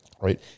right